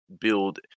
build